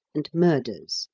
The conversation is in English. and murders,